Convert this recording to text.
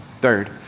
Third